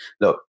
Look